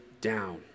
down